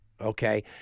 okay